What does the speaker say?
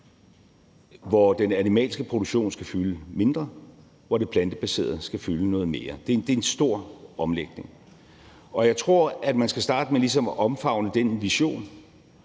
hvor den animalske produktion skal fylde mindre, og hvor det plantebaserede skal fylde noget mere. Det er en stor omlægning. Jeg tror, at man skal starte med ligesom at omfavne den vision,